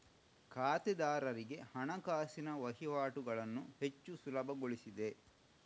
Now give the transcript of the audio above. ಖಾತೆದಾರರಿಗೆ ಹಣಕಾಸಿನ ವಹಿವಾಟುಗಳನ್ನು ಹೆಚ್ಚು ಸುಲಭಗೊಳಿಸಿದೆ